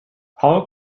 paul